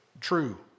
true